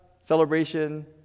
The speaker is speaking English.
Celebration